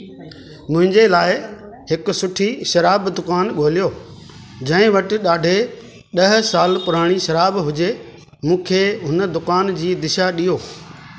मुंहिंजे लाइ हिकु सुठी शराब दुकान ॻोल्हियो जंहिं वटि ॾाढे ॾह साल पुराणी शराब हुजे मूंखे हुन दुकानु जी दिशा ॾियो